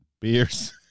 beers